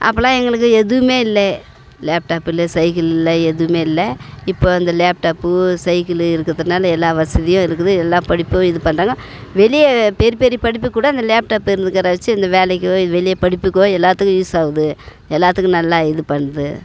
அப்போலாம் எங்களுக்கு எதுவுமே இல்லை லேப்டாப் இல்லை சைக்கிள் இல்லை எதுவுமே இல்லை இப்போது அந்த லேப்டாப்பு சைக்கிள் இருக்கிறதினால எல்லா வசதியும் இருக்குது எல்லா படிப்பு இது பண்ணுறாங்க வெளியே பெரிய பெரிய படிப்புகூட அந்த லேப்டாப் இருந்துக்கிற வச்சு அந்த வேலைக்கோ இது வெளியே படிப்புக்கோ எல்லாத்துக்கு யூஸ் ஆகுது எல்லாத்துக்கும் நல்லா இது பண்ணுது